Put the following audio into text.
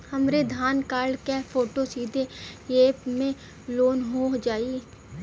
हमरे आधार कार्ड क फोटो सीधे यैप में लोनहो जाई?